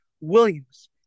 Williams